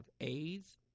AIDS